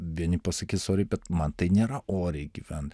vieni pasakys oriai bet man tai nėra oriai gyvent